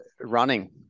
Running